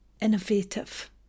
innovative